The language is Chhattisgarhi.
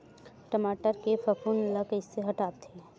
टमाटर के फफूंद ल कइसे हटाथे?